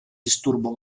disturbo